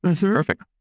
Perfect